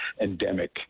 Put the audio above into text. endemic